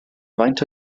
faint